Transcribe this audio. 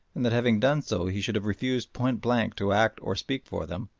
and that having done so he should have refused point-blank to act or speak for them,